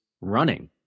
running